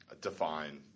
Define